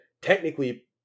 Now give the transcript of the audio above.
technically